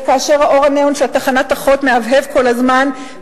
וכאשר אור הניאון של תחנת אחות מהבהב כל הזמן.